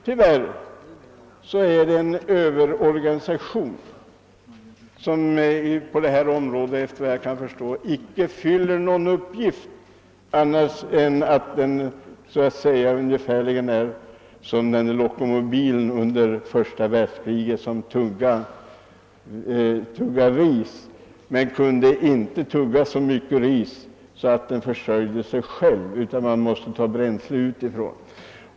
Tyvärr är det en överorganisation som efter vad jag kan förstå icke fyller någon uppgift på detta område, annat än att den fungerar ungefär som en lokomobil under första världskriget, som tuggade ris men som inte kunde tugga så mycket ris att den försörjde sig själv, utan man måste ta bränsle utifrån.